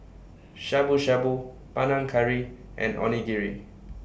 Shabu Shabu Panang Curry and Onigiri